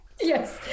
Yes